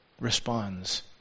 responds